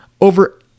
Over